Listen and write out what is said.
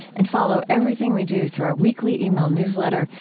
and follow everything we do through our weekly email newsletter.